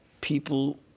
people